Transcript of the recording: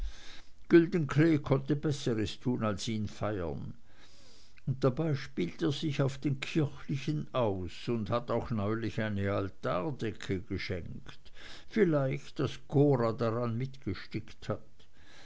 konnte besseres tun als ihn feiern und dabei spielt er sich auf den kirchlichen aus und hat auch neulich eine altardecke geschenkt vielleicht daß cora daran mitgestickt hat